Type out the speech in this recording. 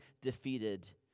defeated